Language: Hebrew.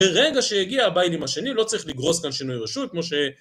ברגע שהגיע הבעלים השני לא צריך לגרוס כאן שינוי רשות כמו ש...